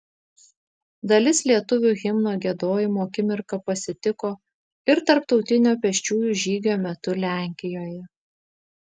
dalis lietuvių himno giedojimo akimirką pasitiko ir tarptautinio pėsčiųjų žygio metu lenkijoje